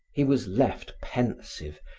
he was left pensive,